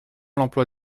l’emploi